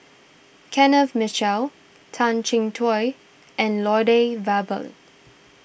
Kenneth Mitchell Tan Chin Tuan and Lloyd Valberg